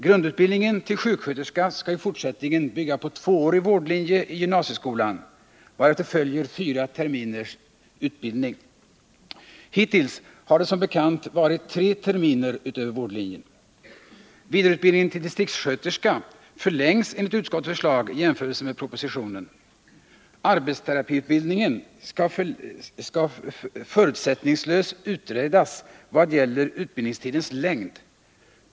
Grundutbildningen till sjuksköterska skall i fortsättningen bygga på tvåårig vårdlinje i gymnasieskolan, varefter följer fyra terminers utbildning. Hittills har det som bekant varit tre terminer utöver vårdlinjen. Vidareutbildningen till distriktssköterska förlängs enligt utskottets förslag i jämförelse med propositionen. Arbetsterapeututbildningen skall förutsättningslöst utredas vad gäller utbildningstidens längd.